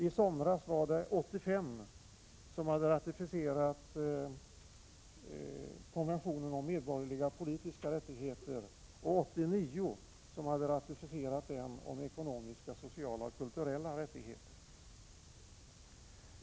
I somras var det 85 länder som hade ratificerat konventionen om medborgerliga och politiska rättigheter och 89 som hade ratificerat den om ekonomiska, sociala och kulturella rättigheter.